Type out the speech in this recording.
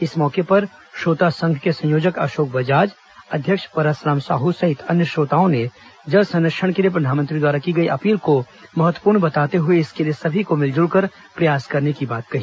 इस मौके पर श्रोता संघ के संयोजक अशोक बजाज अध्यक्ष परसराम साहू सहित अन्य श्रोताओं ने जल संरक्षण के लिए प्रधानमंत्री द्वारा की गई अपील को महत्वपूर्ण बताते हुए इसके लिए सभी को मिल जुलकर प्रयास करने की बात कही